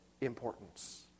importance